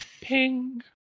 Ping